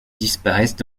disparaissent